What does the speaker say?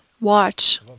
watch